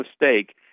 mistake